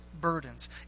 burdens